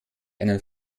einen